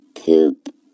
Poop